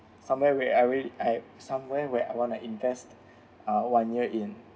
somewhere where I really I somewhere where I want to invest uh one year in